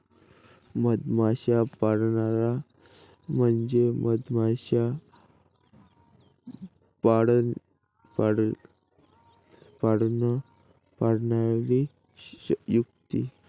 मधमाश्या पाळणारा म्हणजे मधमाश्या पाळणारी व्यक्ती